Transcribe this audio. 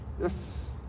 Yes